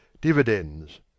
dividends